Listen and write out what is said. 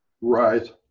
Right